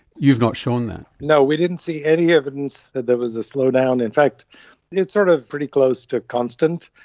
you've not shown that. no, we didn't see any evidence that there was a slowdown. in fact it's sort of pretty close to constant.